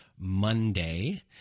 Monday